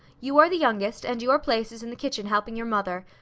you are the youngest, and your place is in the kitchen helping your mother.